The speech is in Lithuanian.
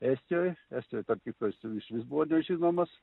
estijoj estijoj tarp kitko jis išvis buvo nežinomas